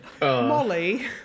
Molly